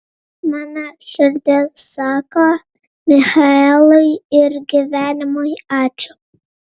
mano širdis sako michaelui ir gyvenimui ačiū